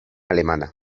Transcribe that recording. alemana